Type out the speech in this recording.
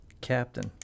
Captain